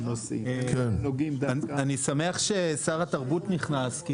אני שמח ששר התרבות נכנס.